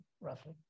roughly